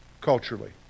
culturally